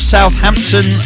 Southampton